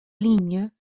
ligne